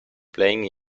playing